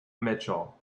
mitchell